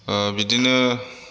बिदिनो